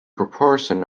proportion